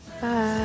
bye